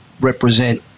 represent